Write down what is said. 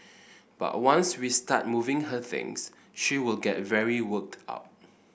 but once we start moving her things she will get very worked up